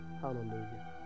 hallelujah